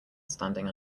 standing